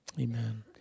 Amen